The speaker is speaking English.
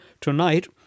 Tonight